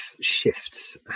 shifts